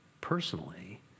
personally